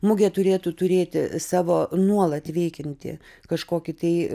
mugė turėtų turėti savo nuolat veikiantį kažkokį tai